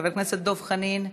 חבר הכנסת דב חנין,